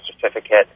certificate